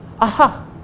Aha